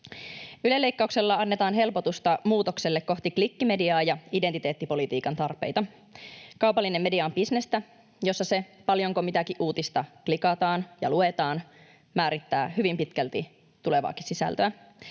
Yle-leikkauksella annetaan helpotusta muutokselle kohti klikkimediaa ja identiteettipolitiikan tarpeita. Kaupallinen media on bisnestä, jossa se, paljonko mitäkin uutista klikataan ja luetaan, määrittää hyvin pitkälti tulevaakin sisältöä.